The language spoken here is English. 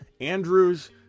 Andrews